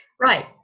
Right